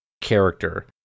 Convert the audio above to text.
character